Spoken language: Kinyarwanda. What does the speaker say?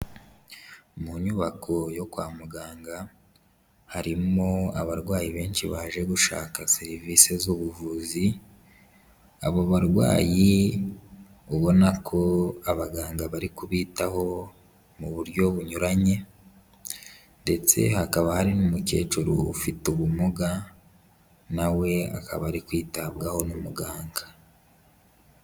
Mu nyubako yo kwa muganga harimo abarwayi benshi baje gushaka serivisi z'ubuvuzi, abo barwayi ubona ko abaganga bari kubitaho mu buryo bunyuranye, ndetse hakaba hari n'umukecuru ufite ubumuga na we akaba ari kwitabwaho n'umuganga.